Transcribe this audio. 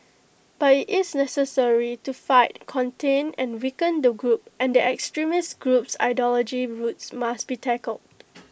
but IT is necessary to fight contain and weaken the group and the extremist group's ideology roots must be tackled